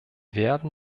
werden